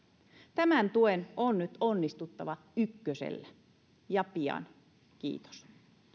tämän tuen on nyt onnistuttava ykkösellä ja pian kiitos